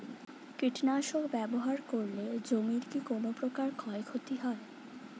কীটনাশক ব্যাবহার করলে জমির কী কোন প্রকার ক্ষয় ক্ষতি হয়?